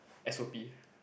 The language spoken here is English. S O P